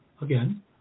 again